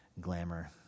glamour